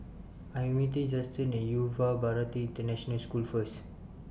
I Am meeting Justen At Yuva Bharati International School First